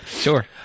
Sure